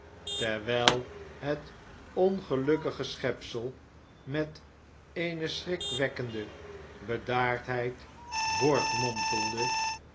terwijl het ongelukkige schepsel met eene schrikwekkende bedaardheid